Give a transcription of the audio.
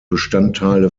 bestandteile